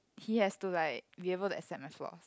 he has to like be able to accept my flaws